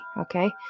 okay